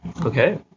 Okay